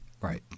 Right